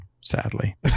Sadly